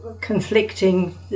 conflicting